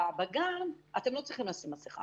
בגן אתם לא צריכים לשים מסכה